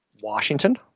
Washington